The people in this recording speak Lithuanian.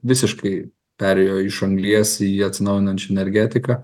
visiškai perėjo iš anglies į atsinaujinančią energetiką